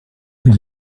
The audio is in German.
die